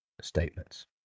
statements